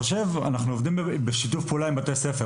אנחנו עובדים בשיתוף פעולה עם בתי ספר.